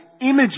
images